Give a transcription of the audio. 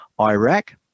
Iraq